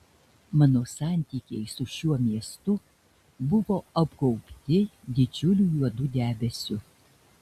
mano santykiai su šiuo miestu buvo apgaubti didžiuliu juodu debesiu